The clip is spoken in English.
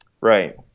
Right